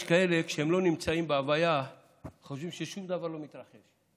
יש כאלה שכשהם לא נמצאים בהוויה חושבים ששום דבר לא מתרחש.